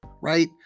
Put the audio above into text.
right